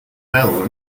medal